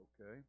okay